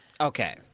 Okay